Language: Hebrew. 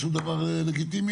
שהוא דבר לגיטימי,